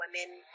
women